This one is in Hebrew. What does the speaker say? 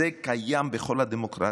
זה קיים בכל הדמוקרטיות.